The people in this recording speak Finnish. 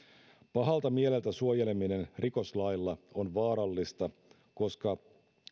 pahalta mieleltä suojeleminen rikoslailla on vaarallista koska